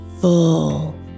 full